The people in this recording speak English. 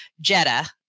Jetta